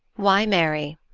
why marry?